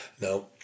Now